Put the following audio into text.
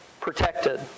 Protected